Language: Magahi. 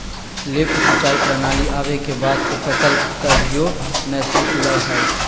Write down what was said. लिफ्ट सिंचाई प्रणाली आवे के बाद से फसल कभियो नय सुखलय हई